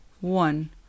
one